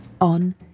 on